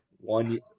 one